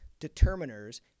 determiners